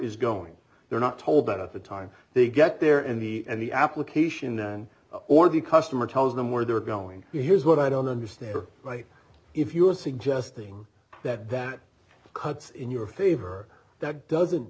is going they're not told that if a time they get there and the and the application and or the customer tells them where they're going here here's what i don't understand why if you're suggesting that that cuts in your favor that doesn't